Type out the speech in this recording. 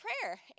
prayer